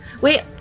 Wait